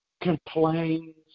complains